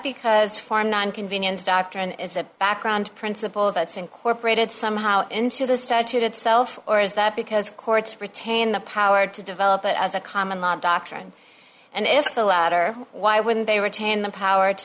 because for non convenience doctrine is the background principle that's incorporated somehow into the statute itself or is that because courts retain the power to develop it as a common law doctrine and if the latter why wouldn't they retain the power to